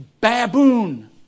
baboon